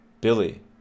Billy